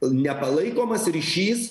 nepalaikomas ryšys